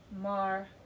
Mar